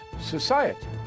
society